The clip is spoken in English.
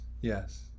yes